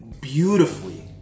beautifully